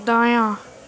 دایاں